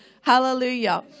Hallelujah